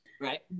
Right